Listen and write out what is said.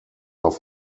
auf